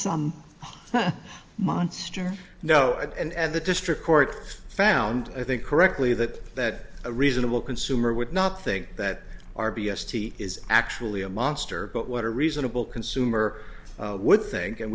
some monster no and the district court found i think correctly that that a reasonable consumer would not think that our b s t is actually a monster but what a reasonable consumer would think and